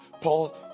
Paul